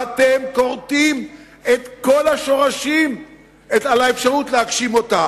ואתם כורתים את כל השורשים של האפשרות להגשים אותה.